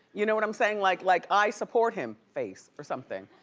you know what i'm saying? like, like i support him face or something.